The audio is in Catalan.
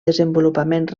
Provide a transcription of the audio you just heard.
desenvolupament